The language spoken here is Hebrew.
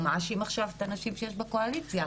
הוא מאשים עכשיו את הנשים שיש בקואליציה.